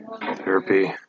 therapy